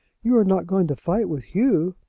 you are not going to fight with hugh?